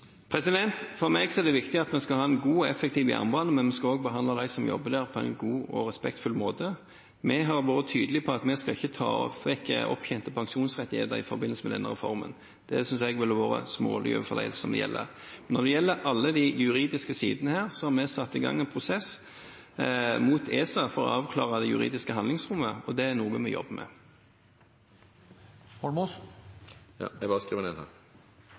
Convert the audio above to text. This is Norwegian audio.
For meg er det viktig at vi skal ha en god og effektiv jernbane. Vi skal også behandle dem som arbeider der, på en god og respektfull måte. Vi har vært tydelig på at vi ikke skal ta vekk opptjente pensjonsrettigheter i forbindelse med denne reformen. Det synes jeg ville vært smålig overfor dem det gjelder. Når det gjelder alle de juridiske sidene, har vi satt i gang en prosess med ESA for å avklare det juridiske handlingsrommet, og det er noe vi jobber med. Jeg takker statsråden for svaret. Jeg vil begynne med å stille spørsmålet om når statsråden forventer at den